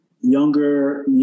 younger